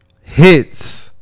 hits